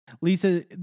Lisa